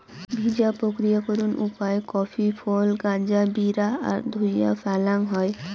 ভিজা প্রক্রিয়াকরণ উপায় কফি ফল গাঁজা বিরা আর ধুইয়া ফ্যালাং হই